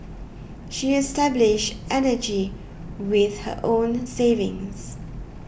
she established energy with her own savings